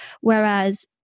Whereas